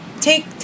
take